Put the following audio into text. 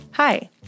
Hi